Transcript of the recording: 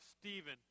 Stephen